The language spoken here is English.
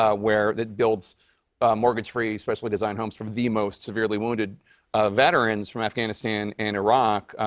ah where it builds mortgage-free, specially-designed homes for the most severely wounded veterans from afghanistan and iraq,